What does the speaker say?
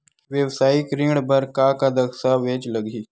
वेवसायिक ऋण बर का का दस्तावेज लगही?